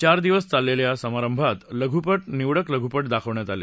चार दिवस चाललेल्या या समारंभात निवडक लघुपट दाखवण्यात आले